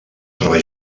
troba